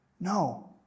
No